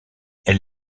elle